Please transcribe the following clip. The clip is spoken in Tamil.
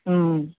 ம்